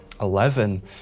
Eleven